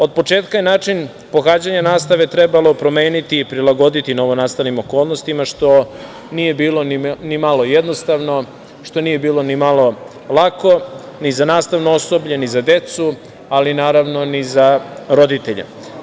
Od početka je način pohađanja nastave trebalo promeniti i prilagoditi novonastalim okolnostima, što nije bilo nimalo jednostavno, što nije bilo nimalo lako, ni za nastavno osoblje, ni za decu, ali ni za roditelje.